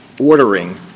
ordering